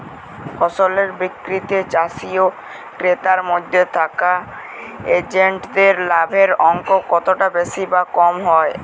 ফসলের বিক্রিতে চাষী ও ক্রেতার মধ্যে থাকা এজেন্টদের লাভের অঙ্ক কতটা বেশি বা কম হয়?